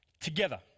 together